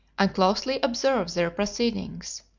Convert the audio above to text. and closely observe their proceedings.